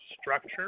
structure